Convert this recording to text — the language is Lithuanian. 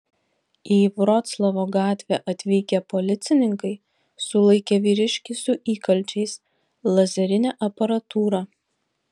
į vroclavo gatvę atvykę policininkai sulaikė vyriškį su įkalčiais lazerine aparatūra